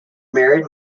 married